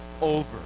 over